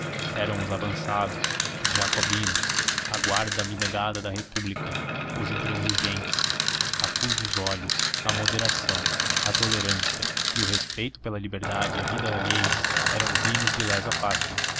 eram os avançados os jacobinos a guarda abnegada da república os intransigentes a cujos olhos a moderação a tolerância e o respeito pela liberdade e a vida alheias eram crimes de lesa pátria